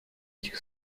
этих